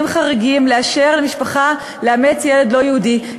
חריגים לאשר למשפחה לאמץ ילד לא יהודי,